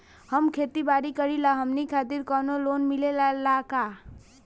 हम खेती बारी करिला हमनि खातिर कउनो लोन मिले ला का?